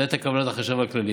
זו הייתה כוונת החשב הכללי.